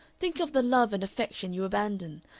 think of the love and affection you abandon!